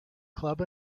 club